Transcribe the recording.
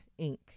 Inc